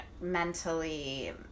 mentally